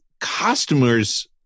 customers